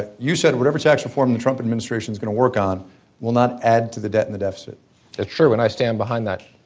ah you said whatever tax reform the trump administration is going to work on will not add to the debt and the deficit that's true and i stand behind that.